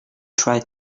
tried